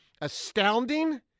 Astounding